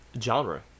genre